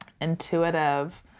intuitive